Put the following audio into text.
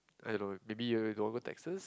I don't know maybe you want to go want to go Texas